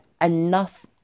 enough